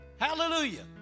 Hallelujah